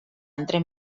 entre